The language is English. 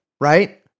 right